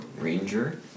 Ranger